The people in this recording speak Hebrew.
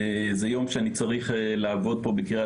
זה יום שאני צריך לעבוד פה בקריית שמונה.